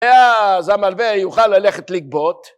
אה, אז המלווה יוכל ללכת לגבות